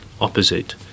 opposite